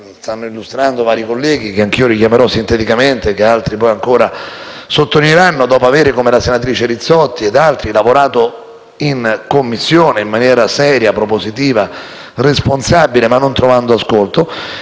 stanno illustrando vari colleghi, che anche io richiamerò sinteticamente e che altri ancora sottolineeranno dopo che, come la senatrice Rizzotti e altri, hanno lavorato in Commissione in maniera seria, propositiva e responsabile, senza però trovare ascolto.